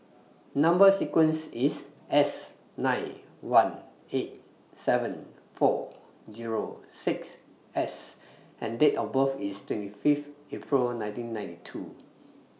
Number sequence IS S nine one eight seven four Zero six S and Date of birth IS twenty Fifth April nineteen ninety two